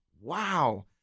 wow